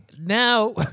now